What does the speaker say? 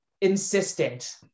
insistent